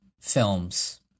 films